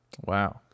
Wow